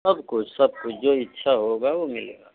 सब कुछ सब कुछ जो इच्छा होगा वह मिलेगा